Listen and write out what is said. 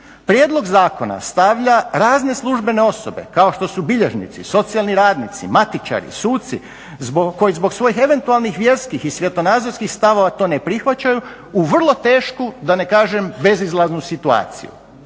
Prijedlog zakona stavlja razne službene osobe kao što su bilježnici, socijalni radnici, matičari, suci koji zbog svojih eventualnih vjerskih i svjetonazorskih stavova to ne prihvaćaju u vrlo tešku, da ne kažem bezizlaznu situaciju.